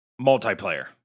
Multiplayer